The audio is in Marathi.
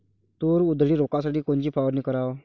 तूर उधळी रोखासाठी कोनची फवारनी कराव?